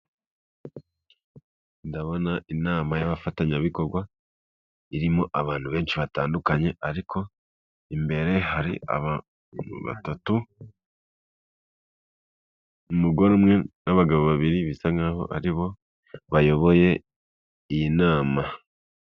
Ndabona inama y'abafatanyabikorwa irimo abantu benshi batandukanye, ariko imbere hari batatu umugore umwe, n'abagabo babiri, bisa nk’aho aribo bayoboye iyi nama.